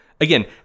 Again